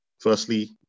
firstly